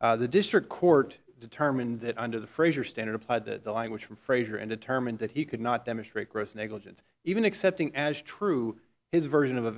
the district court determined that under the fraser standard applied to the language from frazier and determined that he could not demonstrate gross negligence even accepting as true his version of